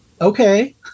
Okay